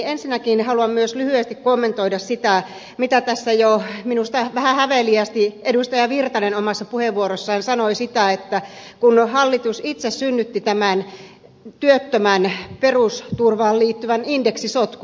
ensinnäkin haluan myös lyhyesti kommentoida sitä mitä tässä jo minusta vähän häveliäästi edustaja virtanen omassa puheenvuorossaan sanoi siitä että hallitus itse synnytti tämän työttömän perusturvaan liittyvän indeksisotkun